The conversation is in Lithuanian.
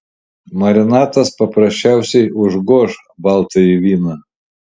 marinatas paprasčiausiai užgoš baltąjį vyną